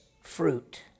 fruit